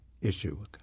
issue